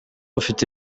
ufite